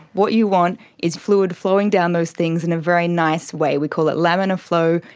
what you want is fluid flowing down those things in a very nice way. we call it laminar flow,